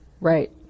Right